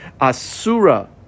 Asura